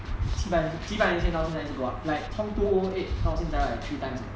几百年几百年前到现在一直 go up like 从 two O O eight 到现在 three times